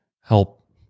help